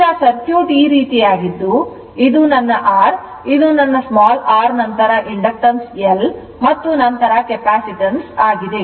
ಈಗ ಸರ್ಕ್ಯೂಟ್ ಈ ರೀತಿಯಾಗಿದ್ದು ಇದು ನನ್ನ R ಇದು ನನ್ನ r ನಂತರ inductance L ಮತ್ತು ನಂತರ capacitance ಆಗಿದೆ